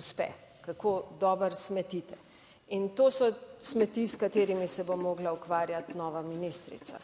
uspe, kako dobro smetite. In to so smeti, s katerimi se bo morala ukvarjati nova ministrica.